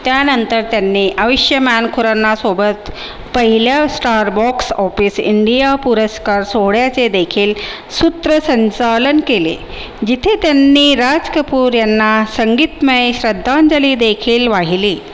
त्यानंतर त्यांनी आयुष्मान खुरानासोबत पहिल्या स्टार बॉक्स ऑफिस इंडिया पुरस्कार सोहळ्याचे देखील सूत्रसंचालन केले जिथे त्यांनी राज कपूर यांना संगीतमय श्रद्धांजली देखील वाहिली